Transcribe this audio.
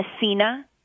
Messina